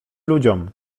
ludziom